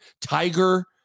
Tiger